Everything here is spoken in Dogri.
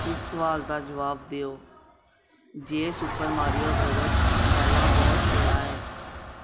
इस सुआल दा जवाब देओ जे सुपर मारियो ब्रदर्स च पैह्ला बास केह्ड़ा ऐ